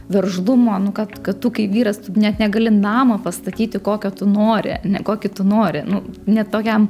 veržlumo nu kad kad tu kai vyras tu net negali namą pastatyti kokio tu nori ne kokį tu nori nu net tokiam